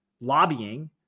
lobbying